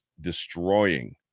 destroying